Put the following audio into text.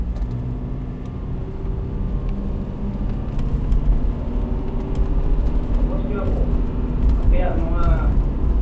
ᱥᱚᱢᱚᱥᱴᱤᱵᱟᱵᱩ ᱟᱯᱮᱭᱟᱜ ᱱᱚᱣᱟ